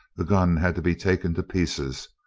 the gun had to be taken to pieces,